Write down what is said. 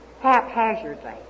haphazardly